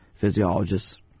Physiologists